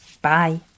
Bye